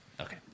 Okay